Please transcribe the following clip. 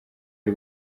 y’u